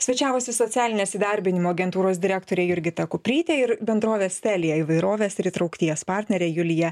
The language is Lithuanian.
svečiavosi socialinės įdarbinimo agentūros direktorė jurgita kuprytė ir bendrovės telia įvairovės ir įtraukties partnerė julija